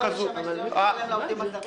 אתה רוצה לא לשלם לעובדים הזרים?